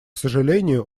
сожалению